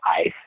ice